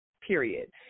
Period